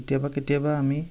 কেতিয়াবা কেতিয়াবা আমি